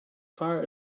far